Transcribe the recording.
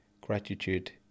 gratitude